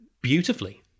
beautifully